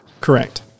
Correct